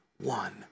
one